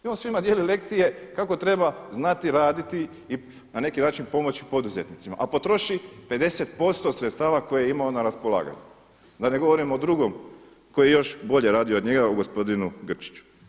I on svima dijeli lekcije kako treba znati raditi i na neki način pomoći poduzetnicima, a potroši 50% sredstava koje imao na raspolaganju, da ne govorim o drugom koji je još bolje radio od njega o gospodinu Grčiću.